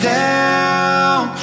down